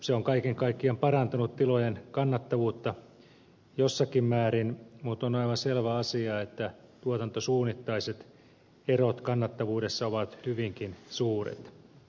se on kaiken kaikkiaan parantanut tilojen kannattavuutta jossakin määrin mutta on aivan selvä asia että tuotantosuunnittaiset erot kannattavuudessa ovat hyvinkin suuret